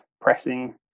pressing